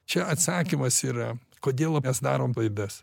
čia atsakymas yra kodėl mes darom klaidas